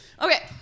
Okay